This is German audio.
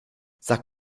sag